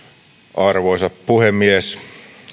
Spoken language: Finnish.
arvoisa puhemies